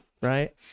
right